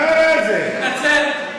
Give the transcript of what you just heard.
סליחה, מה זה הדיבור הזה?